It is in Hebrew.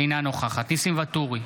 אינה נוכחת ניסים ואטורי,